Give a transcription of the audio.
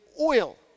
oil